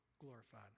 glorified